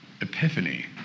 epiphany